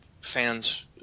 fans